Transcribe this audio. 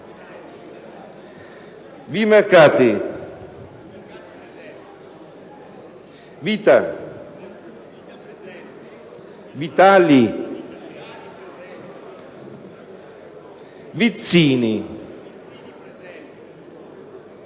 Vimercati, Vita, Vitali, Vizzini Zanda,